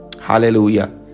Hallelujah